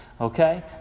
okay